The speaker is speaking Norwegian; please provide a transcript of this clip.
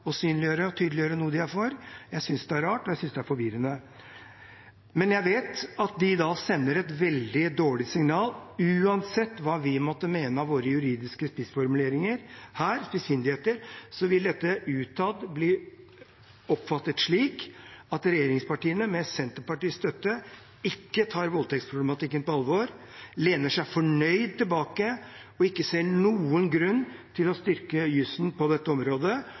å synliggjøre og tydeliggjøre noe de er for. Jeg synes det er rart, og jeg synes det er forvirrende, men jeg vet at de da sender et veldig dårlig signal. Uansett hva vi måtte mene her av juridiske spissfindigheter, vil dette utad bli oppfattet slik at regjeringspartiene, med Senterpartiets støtte, ikke tar voldtektsproblematikken på alvor, at de lener seg fornøyd tilbake og ikke ser noen grunn til å styrke jussen på dette området